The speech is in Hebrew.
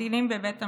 שממתינים בבית המשפט.